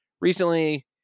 recently